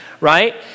right